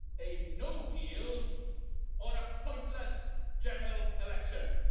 a no deal or a pointless general election.